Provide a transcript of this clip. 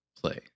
play